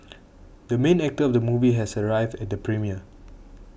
the main actor of the movie has arrived at the premiere